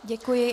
Děkuji.